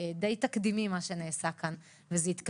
אתם ראיתם עכשיו את אשר ואירית שחר,